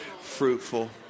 fruitful